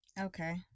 Okay